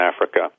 Africa